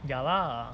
ya lah